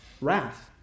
wrath